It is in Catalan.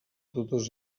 totes